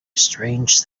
strange